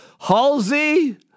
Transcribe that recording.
Halsey